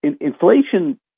inflation